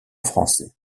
français